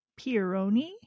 Pieroni